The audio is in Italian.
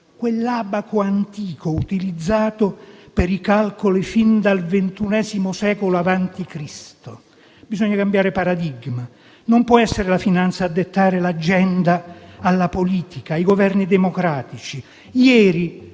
quell'abaco antico utilizzato per i calcoli fin dal ventunesimo secolo avanti Cristo. Bisogna cambiare paradigma: non può essere la finanza a dettare l'agenda alla politica e ai Governi democratici. Ieri